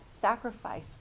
sacrifice